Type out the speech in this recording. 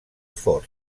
ford